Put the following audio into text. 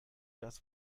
das